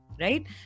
Right